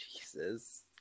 Jesus